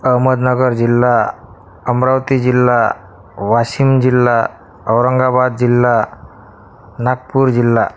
अहमदनगर जिल्हा अमरावती जिल्हा वाशीम जिल्हा औरंगाबाद जिल्हा नागपूर जिल्हा